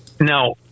Now